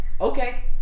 okay